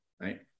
right